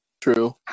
True